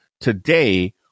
Today